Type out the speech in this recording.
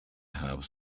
have